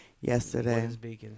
Yesterday